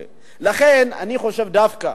לכן, אני חושב דווקא